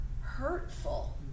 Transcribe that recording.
hurtful